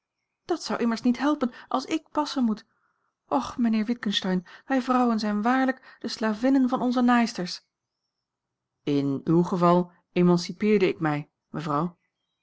dat zou immers niet helpen als ik passen moet och mijnheer witgensteyn wij vrouwen zijn waarlijk de slavinnen van onze naaisters in uw geval emancipeerde ik mij mevrouw